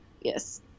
Yes